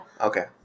okay